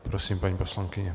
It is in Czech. Prosím, paní poslankyně.